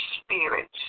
spirits